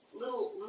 little